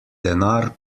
denar